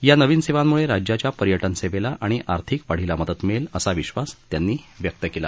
या नवीन सेवांमुळे राज्याच्या पर्यटन सेवेला आणि आर्थिक वाढीला मदत मिळेल असा विश्वास त्यांनी व्यक्त केला